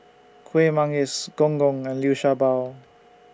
Kueh Manggis Gong Gong and Liu Sha Bao